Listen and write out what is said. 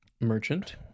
merchant